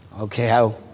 Okay